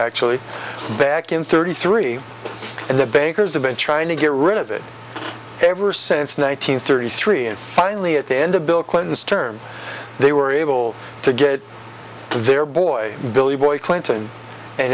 actually back in thirty three and the bankers have been trying to get rid of it ever since one nine hundred thirty three and finally at the end of bill clinton's term they were able to get their boy billy boy clinton and